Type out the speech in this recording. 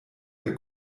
der